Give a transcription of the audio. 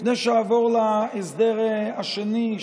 לפני שאעבור להסדר השני,